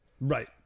right